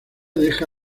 deja